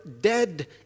dead